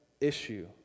issue